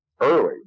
early